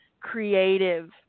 creative